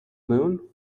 moon